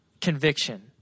Conviction